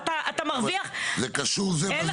זה קשור זה בזה.